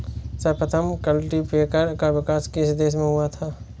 सर्वप्रथम कल्टीपैकर का विकास किस देश में हुआ था?